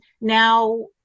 now